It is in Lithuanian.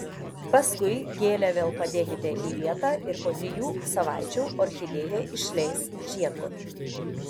paskui gėlę vėl padėkite į vietą ir po trijų savaičių orchidėja išleis žiedkotį